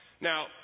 Now